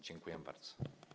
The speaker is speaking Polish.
Dziękuję bardzo.